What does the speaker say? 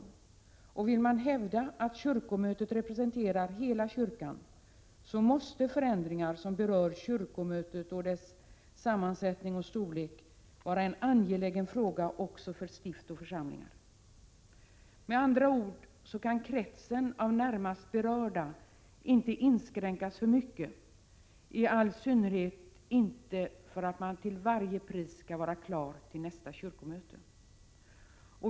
Om man vill hävda att kyrkomötet representerar hela kyrkan, måste förändringar som berör kyrkomötet och dess sammansättning och storlek vara en angelägen fråga även för stift och församlingar. Med andra ord kan kretsen av närmast berörda inte inskränkas för mycket, i all synnerhet inte för att man till varje pris skall vara klar till nästa kyrkomöte.